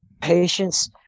Patients